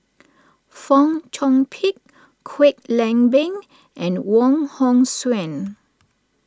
Fong Chong Pik Kwek Leng Beng and Wong Hong Suen